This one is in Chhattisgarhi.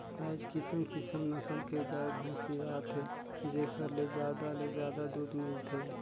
आयज किसम किसम नसल के गाय, भइसी आत हे जेखर ले जादा ले जादा दूद मिलथे